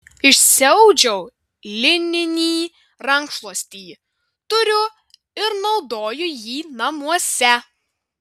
išsiaudžiau lininį rankšluostį turiu ir naudoju jį namuose